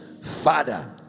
father